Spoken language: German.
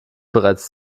bereits